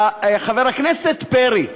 חבר הכנסת פרי,